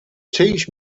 teach